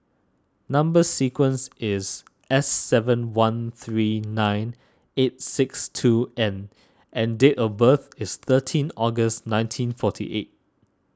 Number Sequence is S seven one three nine eight six two N and date of birth is thirteen August nineteen forty eight